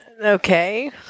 Okay